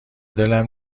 دلم